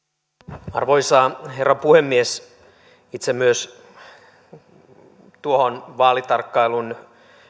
arvoisa herra puhemies tuohon vaalitarkkailun